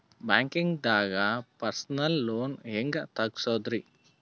ಬ್ಯಾಂಕ್ದಾಗ personal loan ಹೆಂಗ್ ತಗ್ಸದ್ರಿ?